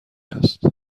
است